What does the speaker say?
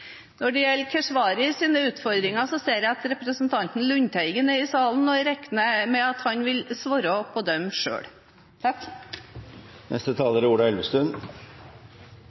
Når det gjelder Keshvaris utfordringer, ser jeg at representanten Lundteigen er i salen, og jeg regner med at han vil svare på dem